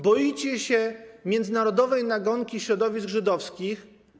Boicie się międzynarodowej nagonki środowisk żydowskich.